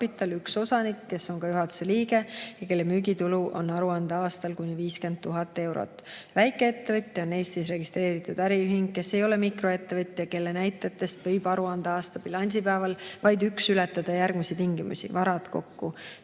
üks osanik, kes on ka juhatuse liige ja kelle müügitulu on aruandeaastal kuni 50 000 eurot. Väikeettevõtja on Eestis registreeritud äriühing, kes ei ole mikroettevõtja, kelle näitajatest võib aruandeaasta bilansipäeval vaid üks ületada järgmisi tingimusi: varad kokku